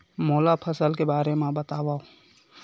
मोला फसल के बारे म बतावव?